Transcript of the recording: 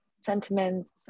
sentiments